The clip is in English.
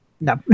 No